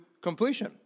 completion